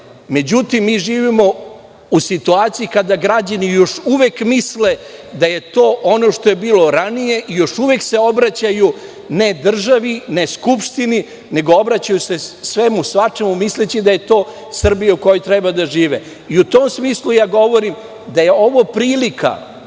Međutim, mi živimo u situaciji kada građani još uvek misle da je to ono što je bilo ranije i još uvek se obraćaju ne državi, ne Skupštini, nego obraćaju se svemu i svačemu, misleći da je to Srbija u kojoj treba da žive.U tom smislu govorim da je ovo prilika